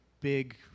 big